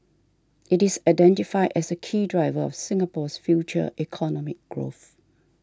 it is identified as a key driver of Singapore's future economic growth